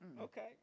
okay